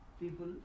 people